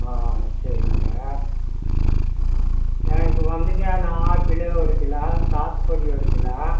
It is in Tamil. ஆ சரிங்க ஆ எனக்கு வந்துங்க ஆப்பிளு ஒரு கிலோ சாத்துக்குடி ஒரு கிலோ